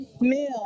Mill